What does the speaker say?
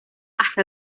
hasta